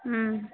ம்